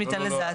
אם ניתן לזהותו,